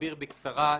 אסביר בקצרה.